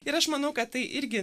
ir aš manau kad tai irgi